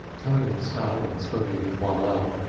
towing the scull and swimming with one arm,